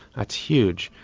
that's huge.